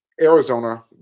Arizona